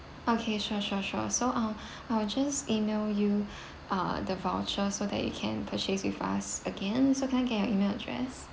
okay sure sure sure so uh I'll just email you uh the voucher so that you can purchase with us again so can I get your email address